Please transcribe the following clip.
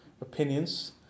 opinions